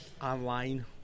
Online